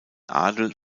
adel